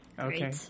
Okay